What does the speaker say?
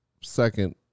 second